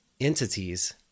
Entities